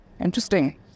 Interesting